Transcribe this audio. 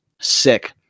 Sick